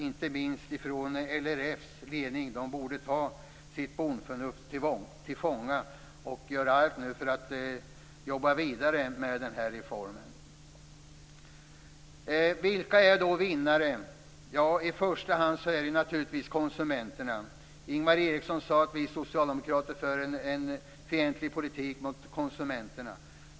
Inte minst ledningen för LRF borde ta sitt bondförnuft till fånga och göra allt för att jobba vidare med den här reformen. Vilka är då vinnare? I första hand är det naturligtvis konsumenterna. Ingvar Eriksson sade att vi socialdemokrater för en fientlig politik gentemot konsumenterna.